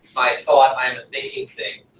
i ah i am a thinking thing.